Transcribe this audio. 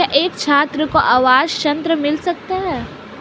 क्या एक छात्र को आवास ऋण मिल सकता है?